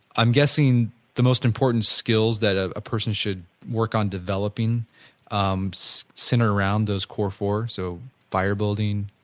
i am guessing the most important skills that a person should work on developing um center around those core-four so fire building,